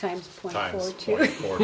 times more